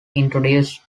introduced